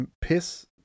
piss